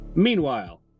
Meanwhile